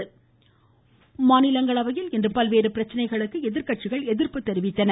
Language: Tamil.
மாநிலங்களவை மாநிலங்களவையில் இன்று பல்வேறு பிரச்சனைகளுக்கு எதிர்க்கட்சிகள் எதிர்ப்பு தெரிவித்தன